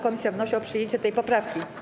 Komisja wnosi o przyjęcie tej poprawki.